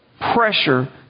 pressure